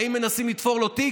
האם מנסים לתפור לו תיק,